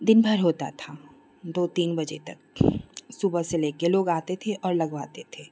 दिनभर होता था दो तीन बजे तक सुबह से लेकर लोग आते थे और लगवाते थे